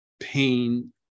pain